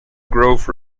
grove